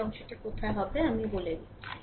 এই অংশটি কোথাও হবে আমি বলে দিচ্ছি